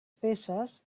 peces